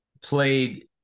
played